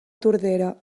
tordera